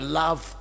love